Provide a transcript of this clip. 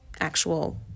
actual